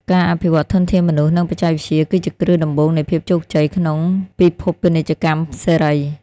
ការអភិវឌ្ឍធនធានមនុស្ស និងបច្ចេកវិទ្យា គឺជាគ្រឹះដំបូងនៃភាពជោគជ័យក្នុងពិភពពាណិជ្ជកម្មសេរី។